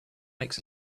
makes